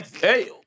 Hey